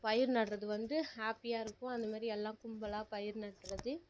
பயிர் நடுறது வந்து ஹாப்பியாக இருக்கும் அந்த மாதிரி எல்லாரும் கும்பலாக பயிர் நடுறது